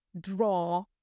draw